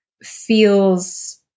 Feels